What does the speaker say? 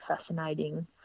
fascinating